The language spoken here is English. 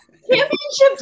championships